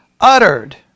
uttered